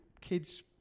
kid's